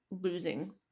losing